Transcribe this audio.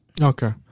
Okay